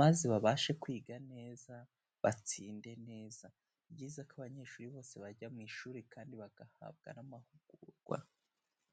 maze babashe kwiga neza, batsinde neza. Ni byiza ko abanyeshuri bose bajya mu ishuri kandi bagahabwa n'amahugurwa.